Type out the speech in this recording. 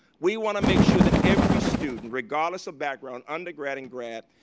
we want to make sure that every student regardless of background, undergrad and grad,